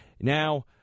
Now